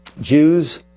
Jews